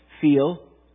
feel